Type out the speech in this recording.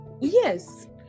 Yes